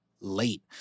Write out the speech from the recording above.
late